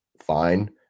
fine